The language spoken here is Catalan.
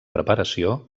preparació